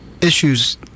issues